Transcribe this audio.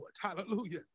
hallelujah